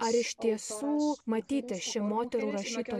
ar iš tiesų matyti ši moterų rašytojų